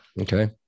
Okay